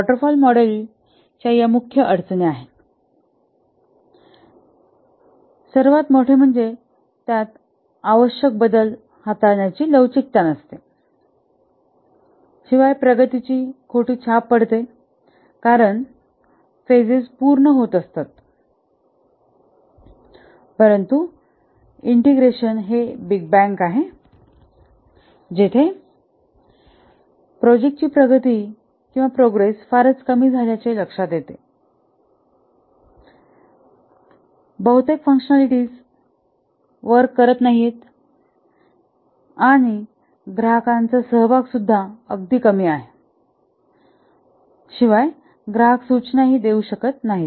water fall मॉडेलच्या या मुख्य अडचणी आहेत सर्वात मोठा म्हणजे त्यात आवश्यक बदल हाताळण्याची लवचिकता नसते प्रगतीची खोटी छाप पडते कारण फेजेस पूर्ण होत असतात परंतु इंटिग्रेशन हे बिग बँग आहे जेथे प्रगती फारच कमी झाल्याचे लक्षात येते बहुतेक फंक्शनालिटीज कार्य करत नाहीत आणि ग्राहकांचा सहभाग अगदी कमी आहे ग्राहक सूचनाही देऊ शकत नाही